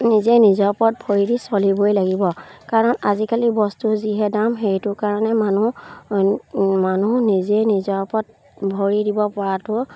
নিজে নিজৰ ওপৰত ভৰি দি চলিবই লাগিব কাৰণ আজিকালি বস্তুৰ যিহে দাম সেইটো কাৰণে মানুহ মানুহ নিজে নিজৰ ওপৰত ভৰি দিব পৰাটো